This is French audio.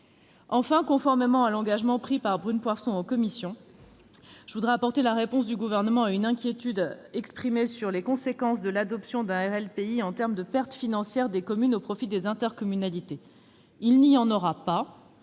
Enfin, conformément à l'engagement pris par Brune Poirson en commission, je voudrais apporter la réponse du Gouvernement à une inquiétude exprimée sur les conséquences de l'adoption d'un RLP intercommunal en termes de pertes financières des communes au profit des intercommunalités : il n'y en aura pas,